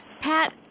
Pat